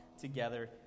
together